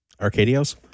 Arcadios